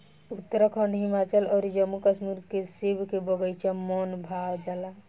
उत्तराखंड, हिमाचल अउर जम्मू कश्मीर के सेब के बगाइचा मन भा जाला